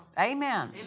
Amen